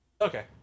Okay